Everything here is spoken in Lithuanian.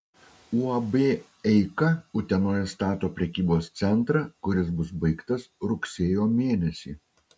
uab eika utenoje stato prekybos centrą kuris bus baigtas rugsėjo mėnesį